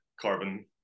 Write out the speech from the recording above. carbon